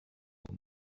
what